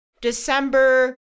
December